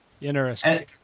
Interesting